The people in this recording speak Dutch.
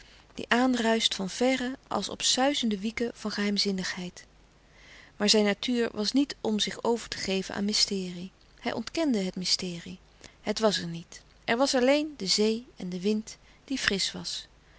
die aanruischt van verre als op suizende wieken van geheimzinnigheid maar zijn natuur was niet om zich over te geven aan mysterie hij ontkende het mysterie het was er niet er was alleen de zee en de wind die frisch was